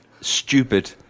stupid